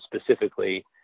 specifically